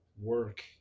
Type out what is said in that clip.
work